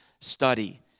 study